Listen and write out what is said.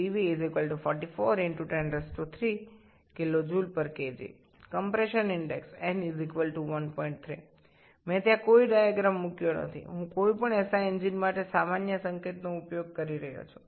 সুতরাং CV 44 × 103 kJkg সংকোচনের সূচক n 13 আমি এখানে কোন লেখচিত্র অঙ্কন করিনি আমি এসআই ইঞ্জিনের সাধারণ প্রতীক গুলি ব্যবহার করছি